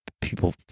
people